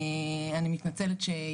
שאני מעריכה מאוד את פועלו,